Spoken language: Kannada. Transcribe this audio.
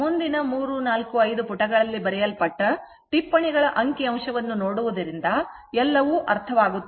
ಮುಂದಿನ 3 4 5 ಪುಟಗಳಲ್ಲಿ ಬರೆಯಲ್ಪಟ್ಟ ಟಿಪ್ಪಣಿಗಳ ಅಂಕಿ ಅಂಶವನ್ನು ನೋಡುವುದರಿಂದ ಎಲ್ಲವೂ ಅರ್ಥವಾಗುತ್ತದೆ